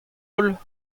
holl